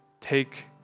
take